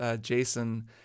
Jason